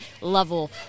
level